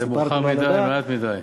שזה מאוחר מדי ומעט מדי.